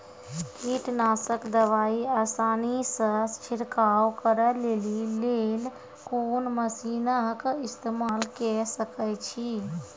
कीटनासक दवाई आसानीसॅ छिड़काव करै लेली लेल कून मसीनऽक इस्तेमाल के सकै छी?